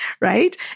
Right